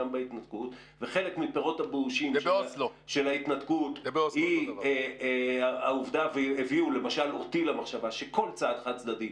וחלק מהפירות הבאושים של ההתנתקות הביאו אותי למחשבה שכל צעד חד-צדדי,